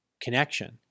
connection